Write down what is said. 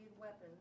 weapons